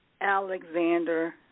Alexander